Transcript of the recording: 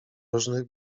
różnych